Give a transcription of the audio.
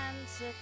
answer